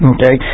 Okay